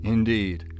Indeed